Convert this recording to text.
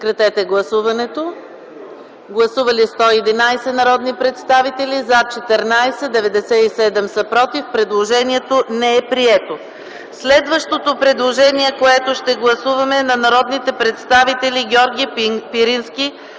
Предложението не е прието.